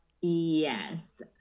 Yes